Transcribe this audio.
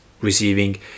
receiving